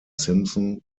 simpson